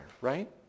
right